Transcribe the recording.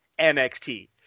NXT